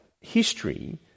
history